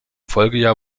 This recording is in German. folgejahr